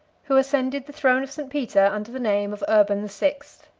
who ascended the throne of st. peter under the name of urban the sixth.